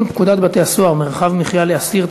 פקודת בתי-הסוהר (מרחב מחיה לאסיר),